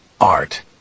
Art